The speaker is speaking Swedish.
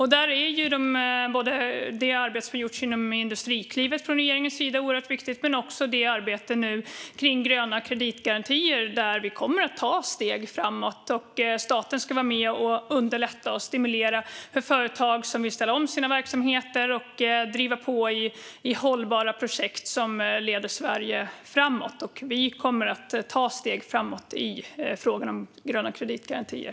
I detta är det arbete som regeringen har gjort inom Industriklivet oerhört viktigt liksom även arbetet med gröna kreditgarantier. Där kommer vi att ta steg framåt. Staten ska vara med och underlätta och stimulera för företag som vill ställa om sina verksamheter och driva på i hållbara projekt som leder Sverige framåt. Vi kommer att ta steg framåt i fråga om gröna kreditgarantier.